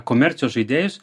komercijos žaidėjus